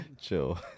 Chill